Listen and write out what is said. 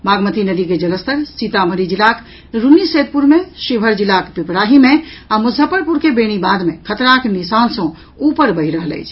बागमती नदी के जलस्तर सीतामढ़ी जिलाक रून्नीसैदपुर मे शिवहर जिलाक पीपराही मे आ मुजफ्फरपुर के बेनीबाद मे खतराक निशान सँ ऊपर बहि रहल अछि